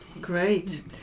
great